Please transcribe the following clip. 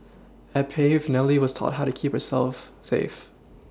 at Pave Nellie was taught how to keep herself safe